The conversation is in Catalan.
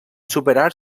superar